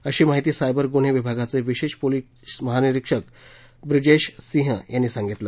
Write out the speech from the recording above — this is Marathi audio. अशी माहिती सायबर गुन्हे विभागाचे विशेष पोलिस महानिरीक्षक ब्रिनेश सिंह यांनी सांगितलं